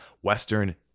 Western